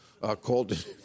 called